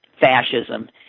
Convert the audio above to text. fascism